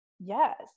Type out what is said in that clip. Yes